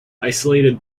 isolated